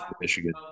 Michigan